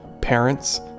parents